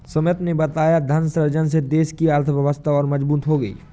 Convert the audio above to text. सुमित ने बताया धन सृजन से देश की अर्थव्यवस्था और मजबूत होगी